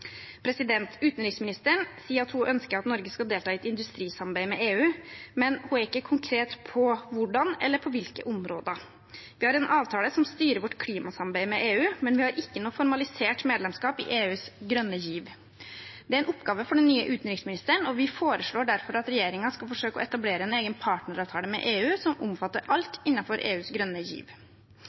Utenriksministeren sier at hun ønsker at Norge skal delta i et industrisamarbeid med EU, men hun er ikke konkret på hvordan eller på hvilke områder. Vi har en avtale som styrer vårt klimasamarbeid med EU, men vi har ikke noe formalisert medlemskap i EUs grønne giv. Det er en oppgave for den nye utenriksministeren, og vi foreslår derfor at regjeringen skal forsøke å etablere en egen partneravtale med EU som omfatter alt innenfor EUs grønne giv.